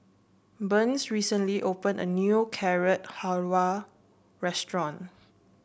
Burns recently opened a new Carrot Halwa Restaurant